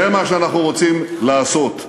זה מה שאנחנו רוצים לעשות.